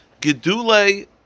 gedule